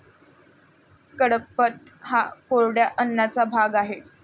कडपह्नट हा कोरड्या अन्नाचा भाग आहे